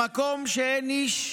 במקום שאין איש,